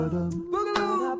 Boogaloo